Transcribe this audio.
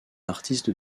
artiste